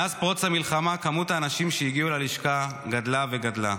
מאז פרוץ המלחמה מספר האנשים שהגיעו ללשכה גדל וגדל.